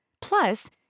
Plus